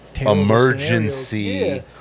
emergency